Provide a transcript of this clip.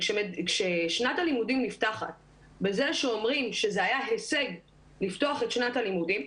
כששנת הלימודים נפתחת בזה שאומרים שזה היה הישג לפתוח את שנת הלימודים,